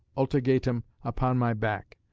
ultegatum upon my back!